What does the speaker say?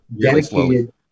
dedicated